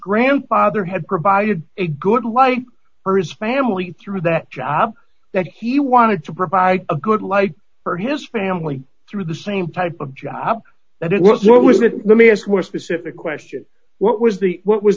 grandfather had provided a good like hers family through that job that he wanted to provide a good life for his family through the same type of job that it was what would the mass more specific question what was the what was